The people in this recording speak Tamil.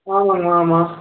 ஆமாம்ங்கம்மா ஆமாம்